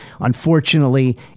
Unfortunately